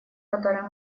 котором